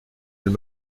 elle